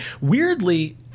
Weirdly